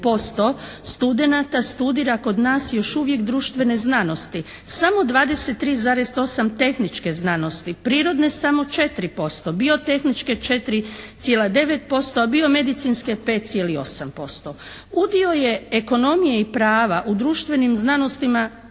Udio je ekonomije i prava u društvenim znanostima